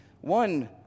One